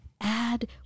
add